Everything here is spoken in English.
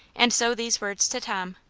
and so these words to tom.